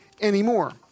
anymore